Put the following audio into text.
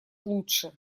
лучше